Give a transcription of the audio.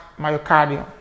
myocardium